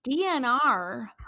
DNR